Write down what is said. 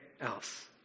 else